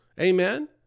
Amen